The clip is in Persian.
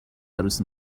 عروس